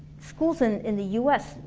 schools in in the us,